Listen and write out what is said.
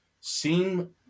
seem